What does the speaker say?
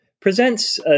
Presents